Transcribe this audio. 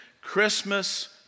Christmas